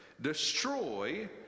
destroy